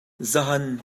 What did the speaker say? zahan